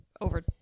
over